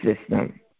system